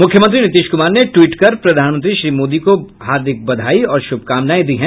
मुख्यमंत्री नीतीश कुमार ने ट्वीट कर प्रधानमंत्री श्री मोदी को हार्दिक बधाई और श्रभकामनाएं दी हैं